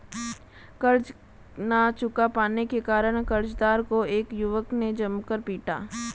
कर्ज ना चुका पाने के कारण, कर्जदार को एक युवक ने जमकर पीटा